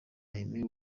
aime